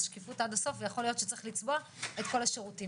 אז שקיפות עד הסוף ויכול להיות שצריך לצבוע את כל השירותים.